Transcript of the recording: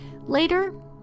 Later